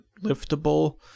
liftable